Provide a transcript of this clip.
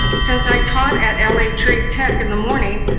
since i taught at l a. trade tech in the morning,